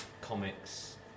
comics